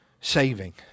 saving